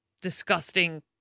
disgusting